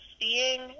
seeing